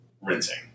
rinsing